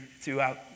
throughout